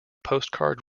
postcard